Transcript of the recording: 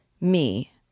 Me